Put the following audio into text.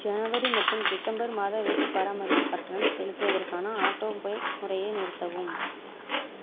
ஜனவரி மற்றும் டிசம்பர் மாத வீட்டுப் பராமரிப்புக் கட்டணம் செலுத்துவதற்கான ஆட்டோபே முறையை நிறுத்தவும்